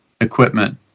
equipment